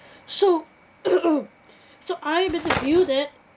so so I am in the view that